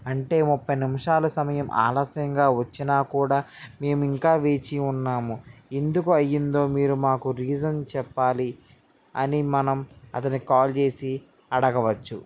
అంటే ముప్పై నిమిషాల సమయం ఆలస్యంగా వచ్చినా కూడా మేము ఇంకా వేచి ఉన్నాము ఎందుకు అయ్యిందో మీరు మాకు రీజన్ చెప్పాలి అని మనం అతనికి కాల్ చేసి అడగవచ్చు